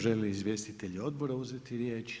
Žele li izvjestitelji odbora uzeti riječ?